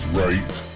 right